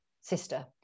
sister